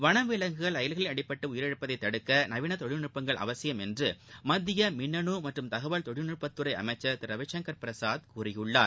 வளவிலங்குகள் ரயில்களில் அடிபட்டு உயிரிழப்பதை தடுக்க நவீன தொழில்நட்பங்கள் அவசியம் என்று மத்திய மின்னு மற்றும் தகவல் தொழில்நுட்பத்துறை அமைச்சர் திரு ரவிசங்கர்பிரசாத் கூறியுள்ளார்